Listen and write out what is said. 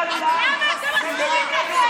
תן להם לשבת.